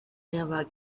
never